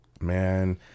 Man